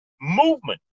Movement